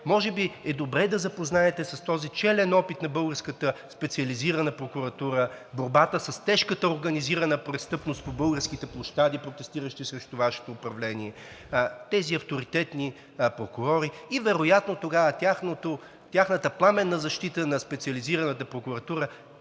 Може би е добре да запознаете с този челен опит на българската Специализирана прокуратура в борбата с тежката организирана престъпност по българските площади, протестиращи срещу Вашето управление, тези авторитетни прокурори и вероятно тогава тяхната пламенна защита на Специализираната прокуратура